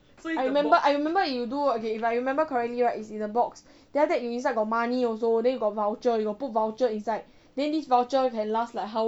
I remember I remember you do okay if I remember correctly right it's in a box then after that you inside got money also then you got voucher you got put voucher inside then this voucher can last like how